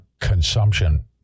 consumption